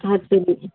ಹತ್ತು ತೊಲ